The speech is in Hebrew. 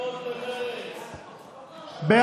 ובמאגר מידע (תיקון והוראת שעה) (הארכת מועד),